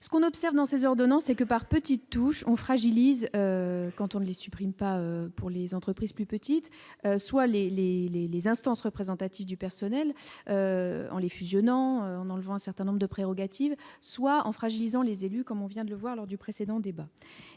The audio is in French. ce qu'on observe dans ses ordonnances et que, par petites touches, on fragilise quand on les supprime, pas pour les entreprises plus petites, soit les, les, les, les instances représentatives du personnel, en les fusionnant en enlevant un certain nombre de prérogatives, soit en fragilisant les élus comme on vient de le voir lors du précédent débat